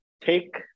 take –